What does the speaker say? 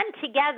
together